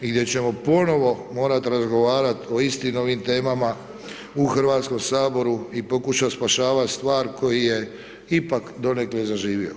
i gdje ćemo ponovno morati razgovarati o istim novim temama u Hrvatskom saboru i pokušati spašavati stvar koji je ipak donekle zaživio.